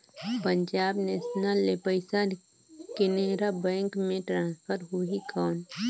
Punjab national ले पइसा Canara bank मे ट्रांसफर होहि कौन?